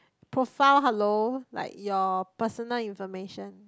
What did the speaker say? profile hello like your personal information